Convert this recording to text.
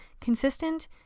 Consistent